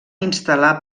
instal·lar